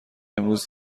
امروز